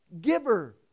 giver